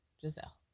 Giselle